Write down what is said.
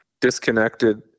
disconnected